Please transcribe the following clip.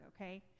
okay